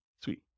Sweet